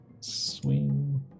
swing